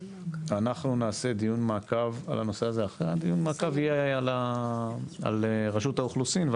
ואנחנו נעשה דיון מעקב על הנושא אחרי דיון המעקב על רשות האוכלוסין,